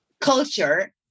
culture